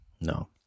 no